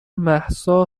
مهسا